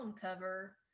cover